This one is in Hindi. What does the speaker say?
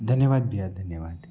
धन्यवाद भईया धन्यवाद